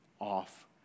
off